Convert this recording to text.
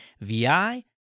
VI